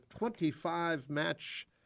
25-match